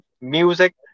music